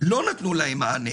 לא נתנו להם מענה,